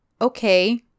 okay